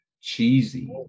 cheesy